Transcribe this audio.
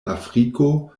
afriko